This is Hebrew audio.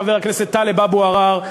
חבר הכנסת טלב אבו עראר,